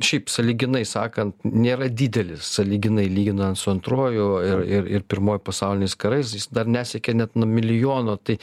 šiaip sąlyginai sakant nėra didelis sąlyginai lyginant su antruoju ir ir ir pirmuoju pasauliniais karais jis dar nesiekia net milijono tai